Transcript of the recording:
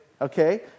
okay